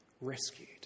rescued